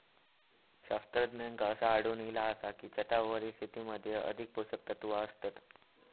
शास्त्रज्ञांका असा आढळून इला आसा की, छतावरील शेतीमध्ये अधिक पोषकतत्वा असतत